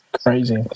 Crazy